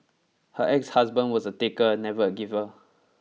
her exhusband was a taker never a giver